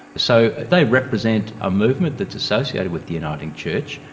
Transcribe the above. so they represent a movement that's associated with the uniting church.